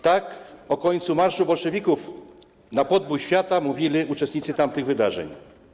Tak o końcu marszu bolszewików na podbój świata mówili uczestniczy tamtych wydarzeń.